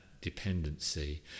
dependency